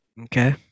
Okay